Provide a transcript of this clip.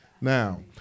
Now